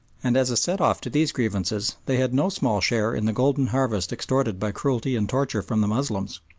and as a set-off to these grievances they had no small share in the golden harvest extorted by cruelty and torture from the moslems.